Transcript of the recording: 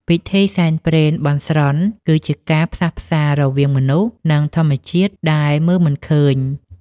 ពិធីសែនព្រេនបន់ស្រន់ គឺជាការផ្សះផ្សារវាងមនុស្ស និងធម្មជាតិដែលមើលមិនឃើញ។